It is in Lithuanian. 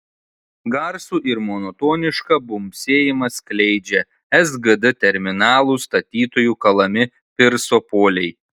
garsų ir monotonišką bumbsėjimą skleidžia sgd terminalo statytojų kalami pirso poliai